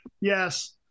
Yes